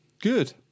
Good